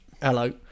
hello